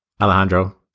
alejandro